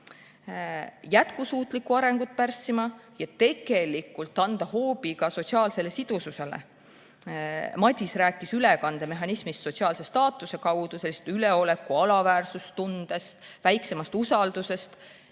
jätkusuutlikku arengut pärssima ja tegelikult anda hoobi ka sotsiaalsele sidususele. Madis rääkis ülekandemehhanismist sotsiaalse staatuse kaudu, üleoleku‑ ja alaväärsustundest, väiksemast usaldusest.